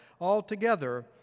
Altogether